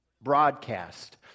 broadcast